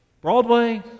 Broadway